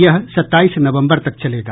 यह सत्ताईस नवंबर तक चलेगा